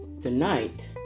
tonight